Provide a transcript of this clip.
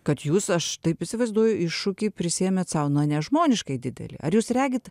kad jūs aš taip įsivaizduoju iššūkį prisiėmėt sau nu nežmoniškai didelį ar jūs regit